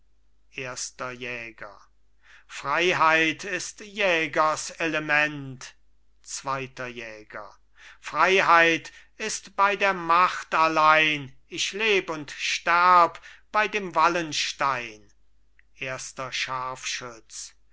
erster jäger freiheit ist jägers element zweiter jäger freiheit ist bei der macht allein ich leb und sterb bei dem wallenstein erster